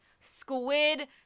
Squid